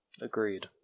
Agreed